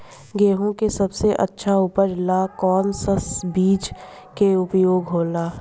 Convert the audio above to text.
गेहूँ के सबसे अच्छा उपज ला कौन सा बिज के उपयोग होला?